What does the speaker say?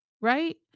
right